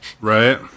right